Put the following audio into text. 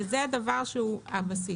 וזה הבסיס.